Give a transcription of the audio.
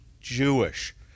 Jewish